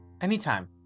Anytime